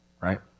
right